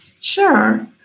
Sure